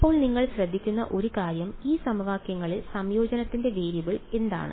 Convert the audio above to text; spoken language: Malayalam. ഇപ്പോൾ നിങ്ങൾ ശ്രദ്ധിക്കുന്ന ഒരു കാര്യം ഈ സമവാക്യങ്ങളിൽ സംയോജനത്തിന്റെ വേരിയബിൾ എന്താണ്